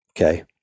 okay